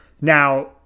Now